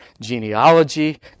genealogy